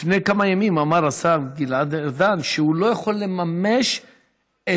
לפני כמה ימים אמר השר גלעד ארדן שהוא לא יכול לממש את